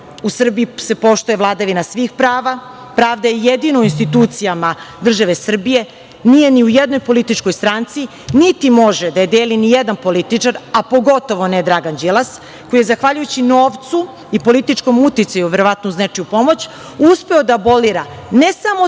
u Srbiji se poštuje vladavina svih prava, pravda je jedino u institucijama države Srbije, nije ni u jednoj političkoj stranci, niti može da deli nijedan političar, a pogotovo ne Dragan Đilas koji zahvaljujući novcu i političkom uticaju verovatno uz nečiju pomoć uspeo da abolira ne samo od